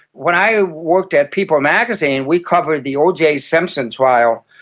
when i worked at people magazine we covered the oj simpson trial.